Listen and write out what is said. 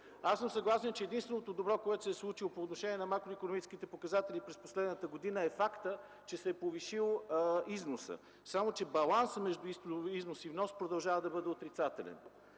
Аз съм съгласен, че единственото добро, което се е случило по отношение на макроикономическите показатели през последната година, е фактът, че се е повишил износът, само че балансът между износа и вноса продължава да бъде отрицателен.